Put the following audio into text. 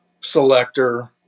selector